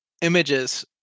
images